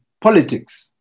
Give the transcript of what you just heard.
politics